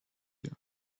you